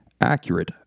Accurate